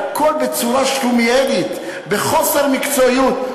הכול בצורה שלומיאלית, בחוסר מקצועיות.